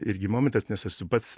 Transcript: irgi momentas nes esu pats